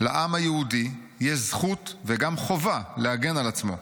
לעם היהודי יש זכות וגם חובה להגן על עצמו.